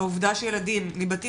שיר גור, בבקשה.